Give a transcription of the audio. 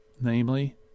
namely